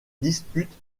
dispute